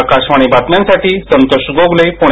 आकाशवाणी बातम्यांसाठी संतोष गोगले पूणे